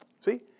See